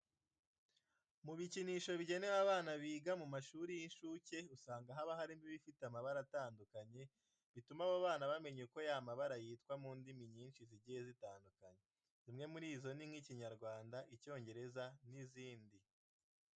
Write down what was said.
Mu bikinisho biba bigenewe abana biga mu mashuri y'incuke, usanga haba harimo ibifite amabara atandukanye, bituma abo bana bamenya uko ayo mabara yitwa mu ndimi nyinshi zigiye zitandukanye. Zimwe muri zo ni nk'Ikinyarwanda, Icyongereza n'izindi.